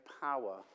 power